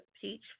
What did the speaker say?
Peach